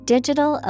Digital